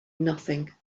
nothing